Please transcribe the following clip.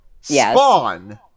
Spawn